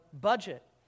budget